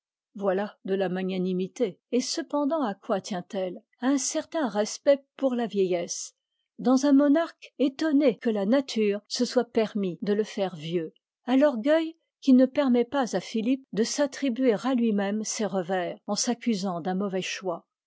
voilà de la magnanimité et cependant à quoi tient-elle à un certain respect pour la vieillesse dans un monarque étonné que la nature se soit permis de le faire vieux à l'orgueil qui ne pérmet pas à philippe de s'attribuer à lui-même ses revers en s'accusant d'un mauvais choix